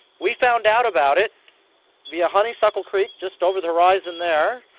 we found out about it via honeysuckle creek, just over the horizon there,